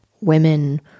women